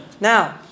Now